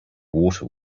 water